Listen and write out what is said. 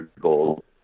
gold